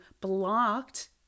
blocked